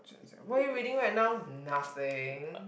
what you reading right now nothing